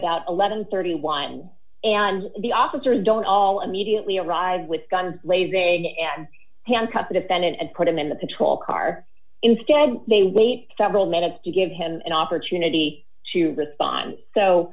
and thirty one and the officers don't all immediately arrive with guns blazing and handcuff the defendant and put him in the patrol car instead they wait several minutes to give him an opportunity to respond so